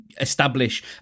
establish